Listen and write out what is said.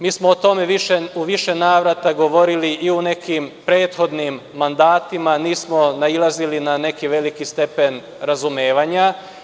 Mi smo o tome u više navrata govorili i u nekim prethodnim mandatima, nismo nailazili na neki veliki stepen razumevanja.